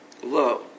Hello